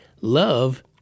love